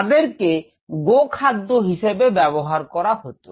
তাদেরকে গো খাদ্য হিসেবে ব্যবহার করা হতো